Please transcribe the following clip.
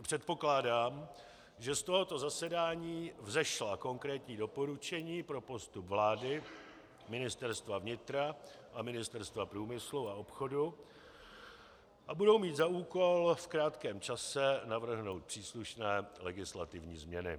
Předpokládám, že z tohoto zasedání vzešla konkrétní doporučení pro postup vlády, Ministerstva vnitra a Ministerstva průmyslu a obchodu a budou mít za úkol v krátkém čase navrhnout příslušné legislativní změny.